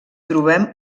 trobem